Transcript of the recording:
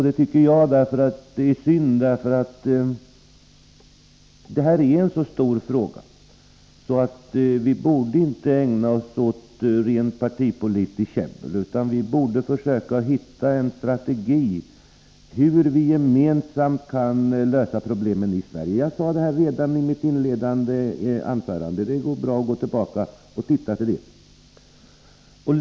Det tycker jag är synd, därför att detta är en så stor fråga att vi inte borde ägna oss åt partipolitiskt käbbel utan försöka hitta en strategi för hur vi gemensamt skall kunna lösa problemen i Sverige. Jag sade det redan i mitt inledande anförande, det går bra att titta på det när protokollet kommer.